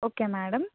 okay madam